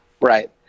Right